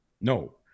no